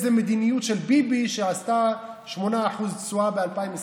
זו מדיניות של ביבי שעשתה 8% תשואה ב-2021,